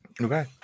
Okay